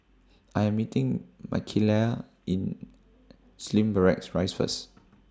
I Am meeting Michaele in Slim Barracks Rise First